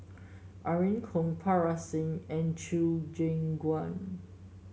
Irene Khong Parga Singh and Chew Kheng Chuan